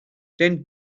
ten